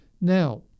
Now